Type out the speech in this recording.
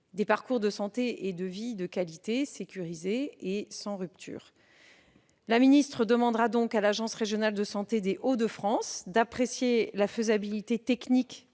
des parcours de santé et de vie de qualité, sécurisés et sans rupture. Mme la ministre demandera donc à l'agence régionale de santé des Hauts-de-France d'apprécier la faisabilité technique